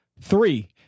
three